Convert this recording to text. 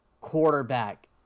quarterback